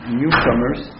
newcomers